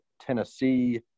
Tennessee